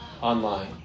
online